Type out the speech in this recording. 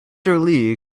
lee